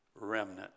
remnant